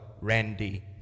Randy